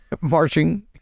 marching